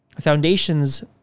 Foundation's